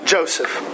Joseph